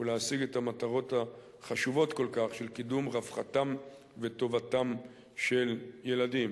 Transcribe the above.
ולהשיג את המטרות החשובות כל כך של קידום רווחתם וטובתם של ילדים.